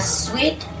sweet